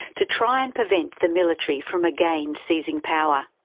to try and prevent the military from again seizing power.